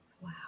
Wow